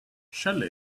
shelly